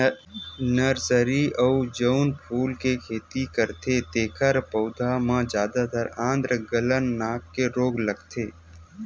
nursery म जउन फूल के खेती करथे तेखर पउधा म जादातर आद्र गलन नांव के रोग लगथे